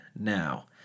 now